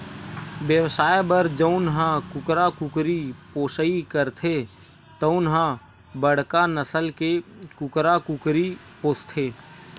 बेवसाय बर जउन ह कुकरा कुकरी पोसइ करथे तउन ह बड़का नसल के कुकरा कुकरी पोसथे